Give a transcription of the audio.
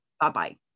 Bye-bye